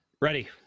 ready